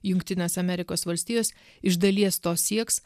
jungtinės amerikos valstijos iš dalies to sieks